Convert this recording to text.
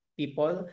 people